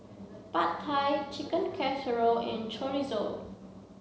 Pad Thai Chicken Casserole and Chorizo